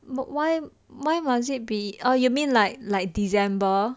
but why why must is it be oh you mean like like december